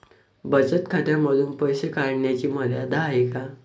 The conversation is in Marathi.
बचत खात्यांमधून पैसे काढण्याची मर्यादा आहे का?